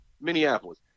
Minneapolis